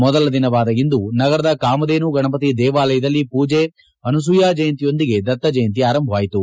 ಮೊದಲ ದಿನವಾದ ಇಂದು ನಗರದ ಕಾಮಧೇನು ಗಣಪತಿ ದೇವಾಲಯದಲ್ಲಿ ಪೂಜೆ ಅನುಸೂಯ ಜಯಂತಿಯೊಂದಿಗೆ ದತ್ತ ಜಯಂತಿ ಆರಂಭವಾಯಿತು